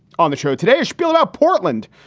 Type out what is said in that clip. on the show today, spiel about portland.